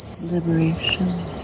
Liberation